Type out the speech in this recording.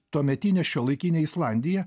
tuometinę šiuolaikinę islandiją